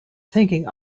thinking